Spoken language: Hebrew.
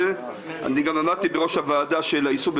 הצינורות המקובלים זה כאן, סביב שולחן הוועדה פה